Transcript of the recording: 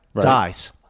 dies